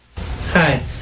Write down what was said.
Hi